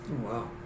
Wow